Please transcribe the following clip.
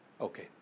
Okay